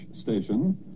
station